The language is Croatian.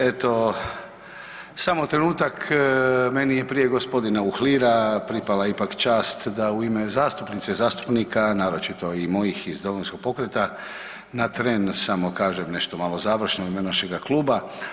Eto samo trenutak meni je prije gospodina Uhlira ipak pripala čast da u ime zastupnica i zastupnika, naročito mojih iz Domovinskog pokreta na tren samo kažem nešto malo završno u ime našega kluba.